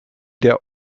der